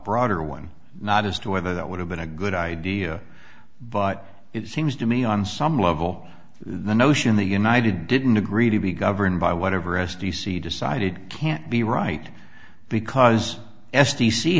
broader one not as to whether that would have been a good idea but it seems to me on some level the notion that united didn't agree to be governed by whatever s t c decided can't be right because